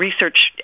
research